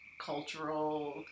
cultural